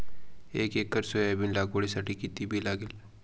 एक acre soybean लागवडीसाठी किती बी लागेल?